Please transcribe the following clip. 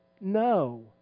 No